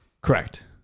correct